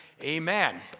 Amen